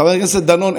חבר הכנסת דנון,